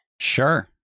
Sure